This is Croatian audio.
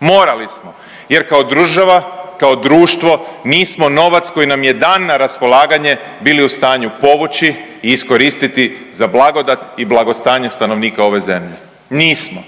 Morali smo jer kao država, kao društvo nismo novac koji nam je dan na raspolaganje bili u stanju povući i iskoristiti za blagodat i blagostanje stanovnika ove zemlje. Nismo,